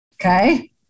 okay